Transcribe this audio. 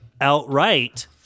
Outright